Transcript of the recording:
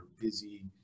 busy